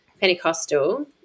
Pentecostal